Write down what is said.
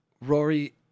Rory